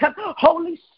Holy